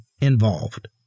involved